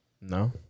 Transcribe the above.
No